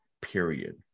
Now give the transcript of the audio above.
period